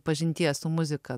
pažinties su muzika